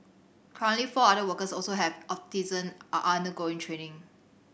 currently four other workers also have autism are undergoing training